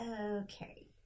okay